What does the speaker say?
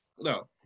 No